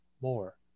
more